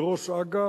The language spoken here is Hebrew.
לראש הג"א: